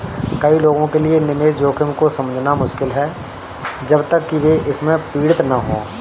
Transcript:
कई लोगों के लिए निवेश जोखिम को समझना मुश्किल है जब तक कि वे इससे पीड़ित न हों